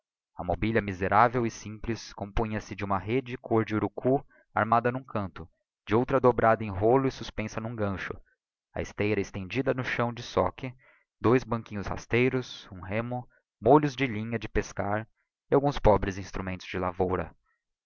a mobilia miserável e simples compunha-se de uma rede côr de urucú armada n'um canto de outra dobrada em rolo e suspensa n'um gancho uma esteira estendida no chão de soque dois banquinhos rasteiros um remo molhos de linha de pescar e alguns pobres instrumentos de lavoura